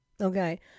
Okay